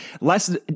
less